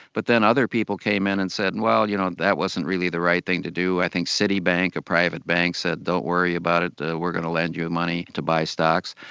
but then other people came in and said, and well you know, that wasn't really the right thing to do. i think citibank, a private bank said, don't worry about it, we're going to lend you money to buy stocks.